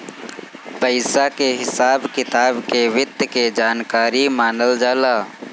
पइसा के हिसाब किताब के वित्त के जानकारी मानल जाला